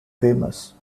famous